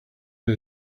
but